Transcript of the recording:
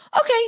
okay